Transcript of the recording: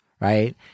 right